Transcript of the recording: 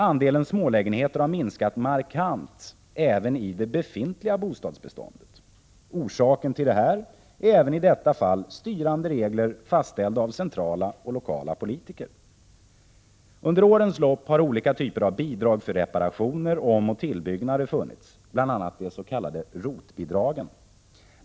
Andelen smålägenheter har minskat markant även i det befintliga bostadsbeståndet. Orsaken till detta är även i detta fall styrande regler, fastställda av centrala och lokala politiker. Under årens lopp har olika typer av bidrag för reparationer, omoch tillbyggnader funnits, bl.a. de s.k. ROT-bidragen.